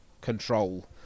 control